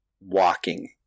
walking